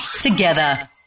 together